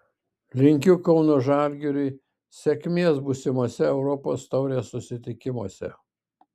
linkiu kauno žalgiriui sėkmės būsimose europos taurės susitikimuose